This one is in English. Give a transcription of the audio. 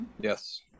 Yes